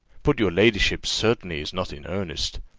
but your ladyship certainly is not in earnest?